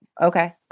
okay